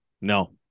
No